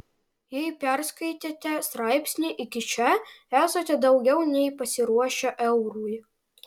jei perskaitėte straipsnį iki čia esate daugiau nei pasiruošę eurui